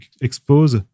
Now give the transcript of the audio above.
expose